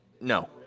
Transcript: no